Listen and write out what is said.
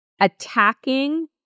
attacking